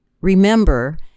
remember